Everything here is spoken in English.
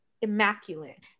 immaculate